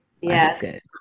Yes